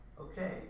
okay